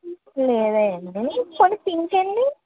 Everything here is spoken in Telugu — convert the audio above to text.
లేదా అండి పొనీ పింక్ అండి